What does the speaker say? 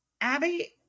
Abby